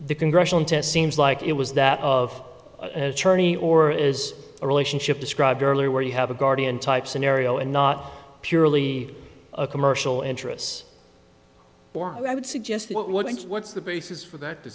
the congressional intent seems like it was that of czerny or as a relationship described earlier where you have a guardian type scenario and not purely commercial interests i would suggest what's the basis for that